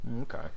Okay